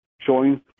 showing